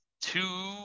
two